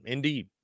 Indeed